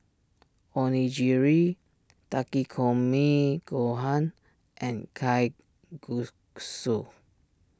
Onigiri Takikomi Gohan and Kalguksu